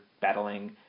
battling